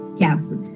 careful